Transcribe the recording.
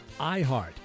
iHeart